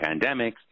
pandemics